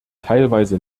teilweise